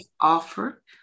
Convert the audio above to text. offer